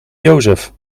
jozef